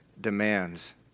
demands